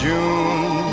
June